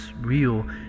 real